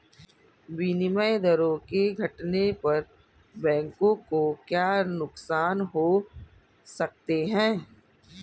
विनिमय दरों के घटने पर बैंकों को क्या नुकसान हो सकते हैं?